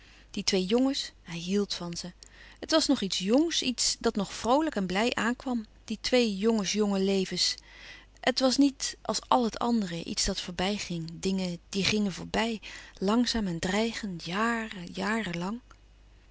die twee jongens hij hield van ze het was nog iets jongs iets dat nog vroolijk en blij aankwam die twee jongensjonge levens het was niet als àl het andere iets dat voorbij ging dingen die gingen voorbij langzaam en dreigend